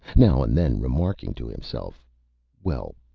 now and then remarking to himself well,